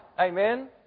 Amen